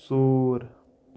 ژوٗر